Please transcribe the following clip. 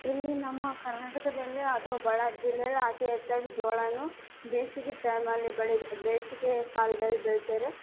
ಇಲ್ಲಿ ನಮ್ಮ ಕರ್ನಾಟಕದಲ್ಲಿ ಅಥ್ವ ಬಳ್ಳಾರಿ ಜಿಲ್ಲೆಲಿ ಅತಿ ಹೆಚ್ಚಾಗಿ ಜೋಳ ಬೇಸಿಗೆ ಟೈಮಲ್ಲಿ ಬೆಳಿದೆ ಬೇಸಿಗೆ ಕಾಲ್ದಲ್ಲಿ ಬೆಳಿತಾರೆ